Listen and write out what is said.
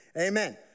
Amen